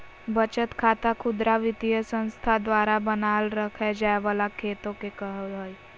बचत खाता खुदरा वित्तीय संस्था द्वारा बनाल रखय जाय वला खाता के कहो हइ